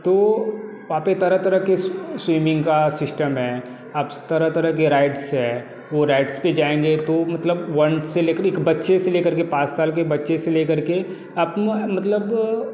तो वहाँ पर तरह तरह के स्विमिंग का सिस्टम है आप तरह तरह के राइड्स है वो राइड्स पर जाएंगे तो मतलब वन से ले कर मतलब एक से ले कर बच्चों से ले कर पाँच साल के बच्चे से ले कर के अपने मतलब